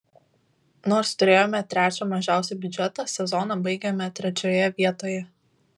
nors turėjome trečią mažiausią biudžetą sezoną baigėme trečioje vietoje